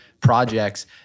projects